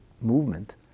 movement